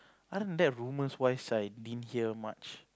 other than that rumours wise I didn't hear much